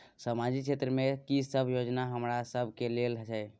सामाजिक क्षेत्र में की सब योजना हमरा सब के लेल छै?